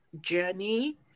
journey